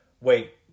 Wait